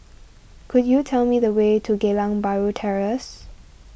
could you tell me the way to Geylang Bahru Terrace